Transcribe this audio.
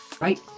right